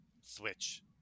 Switch